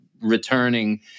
returning